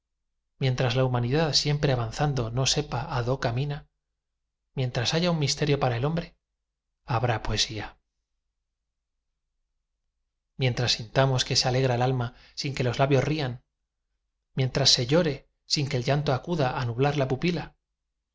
mientras la humanidad siempre avanzando no sepa á do camina mientras haya un misterio para el hombre habrá poesía mientras sintamos que se alegra el alma sin que los labios rían mientras se llore sin que el llanto acuda a nublar la pupila